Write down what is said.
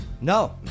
No